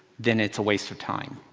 then it's a waste of time.